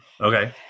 Okay